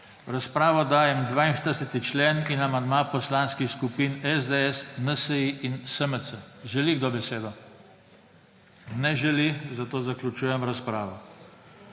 razpravo dajem 42. člen in amandma Poslanskih skupin SDS, NSi in SMC. Želi kdo besedo? (Ne.) Zaključujem razpravo.